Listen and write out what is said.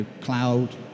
cloud